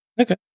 Okay